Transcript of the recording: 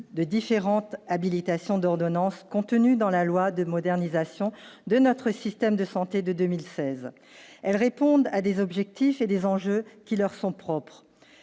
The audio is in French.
de différentes habilitation d'ordonnances contenues dans la loi de modernisation de notre système de santé de 2016, elles répondent à des objectifs et des enjeux qui leur sont propres,